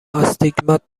آستیگمات